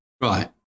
Right